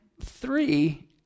three